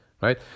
right